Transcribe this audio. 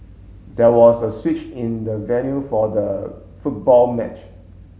there was a switch in the venue for the football match